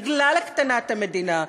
בגלל הקטנת המדינה,